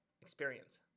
experience